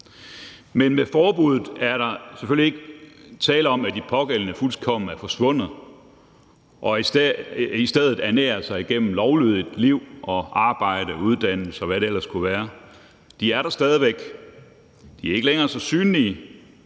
Men med forbuddet er der selvfølgelig ikke tale om, at de pågældende er fuldkommen forsvundet og i stedet ernærer sig igennem et lovlydigt liv med arbejde og uddannelse, og hvad det ellers kunne være. De er der stadig væk. De er ikke længere så synlige,